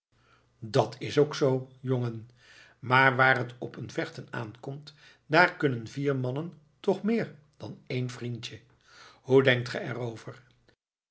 dat is ook zoo jongen maar waar het op een vechten aankomt daar kunnen vier mannen toch meer dan één vriendje hoe denkt ge